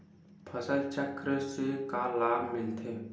फसल चक्र से का लाभ मिलथे?